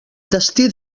destí